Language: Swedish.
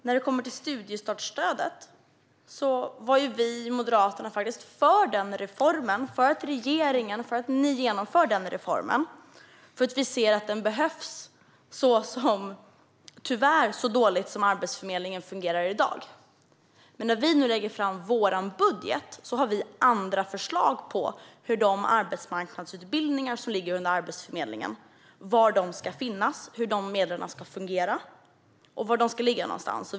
När det gäller studiestartsstödet var vi moderater för att ni genomförde den reformen. Vi ser att den tyvärr behövs med tanke på hur dåligt Arbetsförmedlingen fungerar i dag. När vi nu lägger fram vår budget har vi andra förslag till var de arbetsmarknadsutbildningar som ligger under Arbetsförmedlingen ska finnas, hur medlen ska fungera och var de ska ligga någonstans.